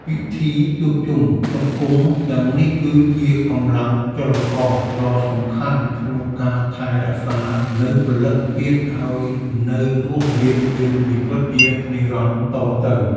ពិធីជួបជុំសង្គមទាំងនេះ គឺជាកម្លាំងចលករដ៏សំខាន់ក្នុងការថែរក្សានូវព្រលឹងជាតិឱ្យនៅរស់រានមានជីវិតជានិរន្តរ៍តទៅ។